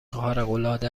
خارقالعاده